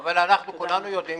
אבל אנחנו כולנו יודעים,